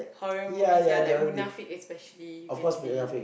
horror movies yeah like Munafik especially you can see